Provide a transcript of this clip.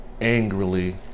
angrily